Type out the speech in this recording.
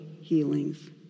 healings